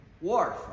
wharf